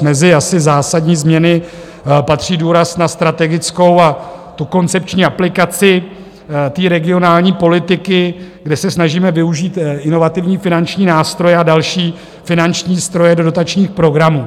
Mezi asi zásadní změny patří důraz na strategickou a koncepční aplikaci regionální politiky, kde se snažíme využít inovativní finanční nástroje a další finanční nástroje do dotačních programů.